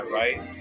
right